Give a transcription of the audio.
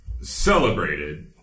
celebrated